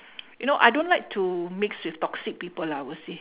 you know I don't like to mix with toxic people lah I will say